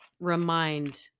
remind